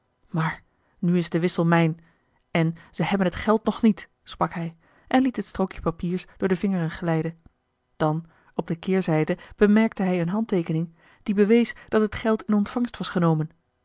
maar nu is de wissel mijn en ze hebben het geld nog niet sprak hij en liet het strookje papiers door de vingeren glijden dan op de keerzijde bemerkte hij eene handteekening die bewees dat het geld in ontvangst was genomen